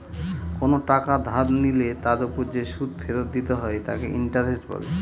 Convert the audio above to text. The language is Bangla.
কোন টাকা ধার নিলে তার ওপর যে সুদ ফেরত দিতে হয় তাকে ইন্টারেস্ট বলে